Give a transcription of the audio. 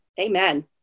Amen